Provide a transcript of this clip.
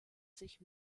sich